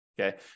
Okay